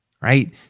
right